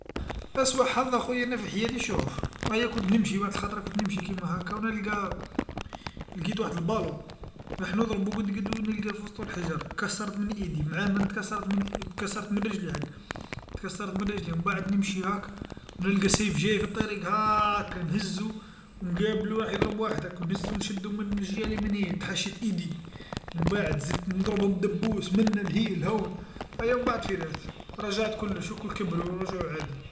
أسوء حظ آخويا أنا في حياتي شوف، أيا كنت نمشي وحد الخطره كنت نمشي كيما هاكا، ونلقى لقيت واحد الكرة، راح نضربو قد قد ونلقى فوسطو الحجر، كسرت من ايدي، معامن تكسرت من تكسرت من رجلي عاد، تكسرت من رجلي، ومن بعد نمشي هاك، ونلقى سيف جاي في الطريق هاكا نهزو، ونقابل واحد يضرب واحد هاكا ونهزو نشدو من الجهه اللي ملهيه تحشيت ايدي، من بعد زدت نضربهم دبوس منا لهيه لهون، أيا من بعد فرات، رجعت كلش الكل كبرو رجعو عادي.